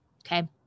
okay